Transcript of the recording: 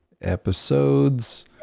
Episodes